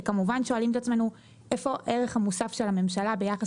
וכמובן שואלים את עצמנו איפה הערך המוסף של הממשלה ביחס